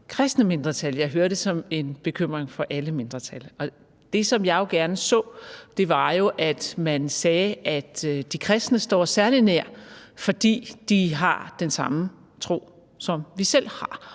kristne mindretal. Jeg hører det som en bekymring for alle mindretal. Det, som jeg jo gerne så, var, at man sagde, at de kristne står os særlig nær, fordi de har den samme tro, som vi selv har.